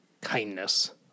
kindness